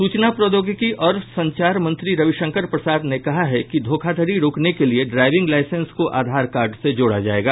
सूचना प्रौद्योगिकी और संचार मंत्री रविशंकर प्रसाद ने कहा है कि धोखाधड़ी रोकने के लिए ड्राइविंग लाइसेंस को आधार कार्ड से जोड़ा जाएगा